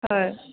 হয়